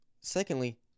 Secondly